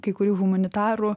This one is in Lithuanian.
kai kurių humanitarų